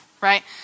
right